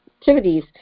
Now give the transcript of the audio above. activities